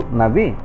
nabi